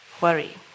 worry